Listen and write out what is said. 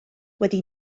wedi